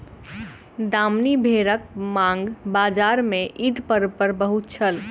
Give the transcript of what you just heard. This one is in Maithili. दामनी भेड़क मांग बजार में ईद पर्व पर बहुत छल